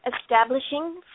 establishing